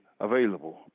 available